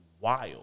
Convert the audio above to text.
wild